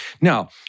Now